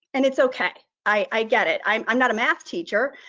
and it's okay, i get it. i'm i'm not a math teacher.